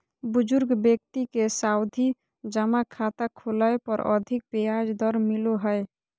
बुजुर्ग व्यक्ति के सावधि जमा खाता खोलय पर अधिक ब्याज दर मिलो हय